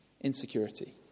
insecurity